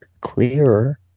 clearer